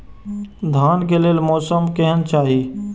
धान के लेल मौसम केहन चाहि?